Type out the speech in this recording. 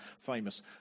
famous